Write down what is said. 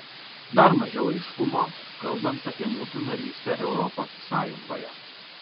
dar mažiau aiškumo kalbant apie mūsų narystę europos sąjungoje